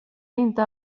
inte